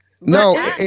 No